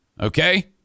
Okay